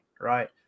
right